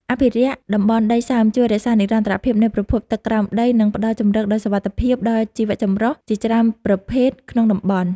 អភិរក្សតំបន់ដីសើមជួយរក្សានិរន្តរភាពនៃប្រភពទឹកក្រោមដី និង ផ្ដល់ជម្រកដ៏សុវត្ថិភាពដល់ជីវចម្រុះជាច្រើនប្រភេទក្នុងតំបន់។